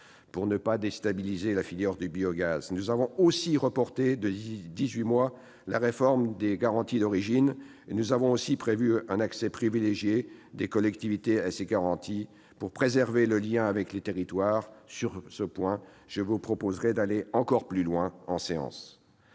Pour ne pas déstabiliser la filière du biogaz, nous avons aussi reporté de dix-huit mois la réforme des garanties d'origine et prévu un accès privilégié des collectivités à ces garanties pour préserver le lien avec les territoires. Sur ce point, je vous proposerai d'aller encore plus loin en séance.